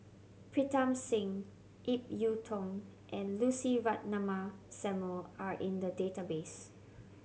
Pritam Singh Ip Yiu Tung and Lucy Ratnammah Samuel are in the database